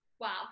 wow